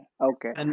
okay